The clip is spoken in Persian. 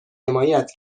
حمایت